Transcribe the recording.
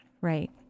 Right